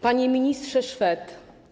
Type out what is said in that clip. Panie Ministrze Szwed!